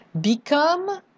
Become